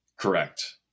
Correct